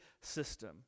system